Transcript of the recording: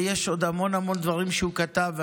ויש עוד המון המון דברים שהוא כתב,